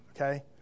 okay